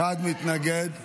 מתנגד אחד.